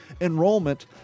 enrollment